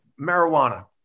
marijuana